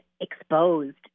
exposed